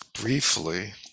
briefly